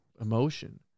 emotion